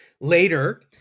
later